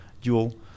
dual